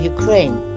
Ukraine